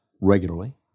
regularly